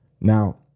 Now